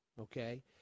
okay